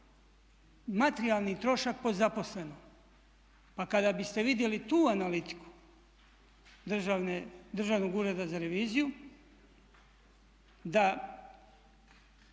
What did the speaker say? materijalni trošak po zaposlenom. Pa kada biste vidjeli tu analitiku Državnog ureda za reviziju da